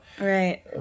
Right